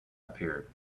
appeared